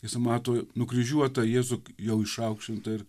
jis mato nukryžiuotą jėzų jau išaukštintą ir